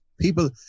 people